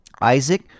Isaac